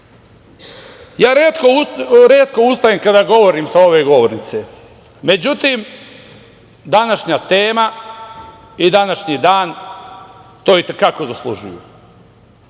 retko ustajem kada govorim sa ove govornice. Međutim, današnja tema i današnji dan, to i te kako zaslužuju.